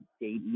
date